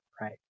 right